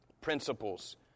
...principles